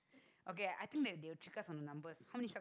okay I think that they will check us on the numbers how many